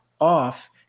off